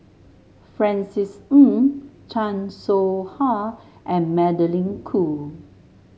Francis Ng Chan Soh Ha and Magdalene Khoo